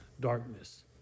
darkness